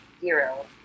Zero